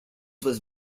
was